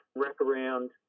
wraparound